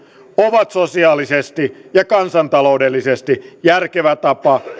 ovat sosiaalisesti ja kansantaloudellisesti järkevä tapa